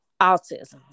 autism